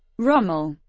rommel,